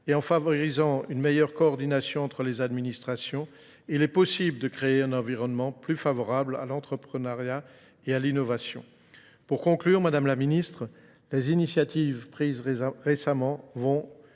et en favorisant une meilleure coordination entre les administrations, il est possible de créer un environnement plus favorable à l'entrepreneuriat et à l'innovation. Pour conclure, Madame la Ministre, les initiatives prises récemment vont